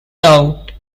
doubt